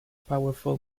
powerful